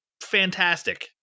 fantastic